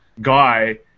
guy